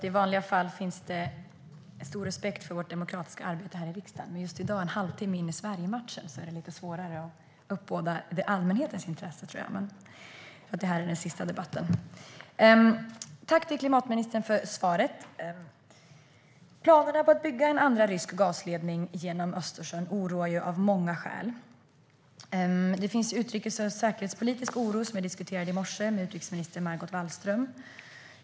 Herr talman! Tack, klimatministern, för svaret! Planerna på att bygga en andra rysk gasledning genom Östersjön oroar av många skäl. Det finns en utrikes och säkerhetspolitisk oro, som jag diskuterade i morse med utrikesminister Margot Wallström.